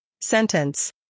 Sentence